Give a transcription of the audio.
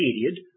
period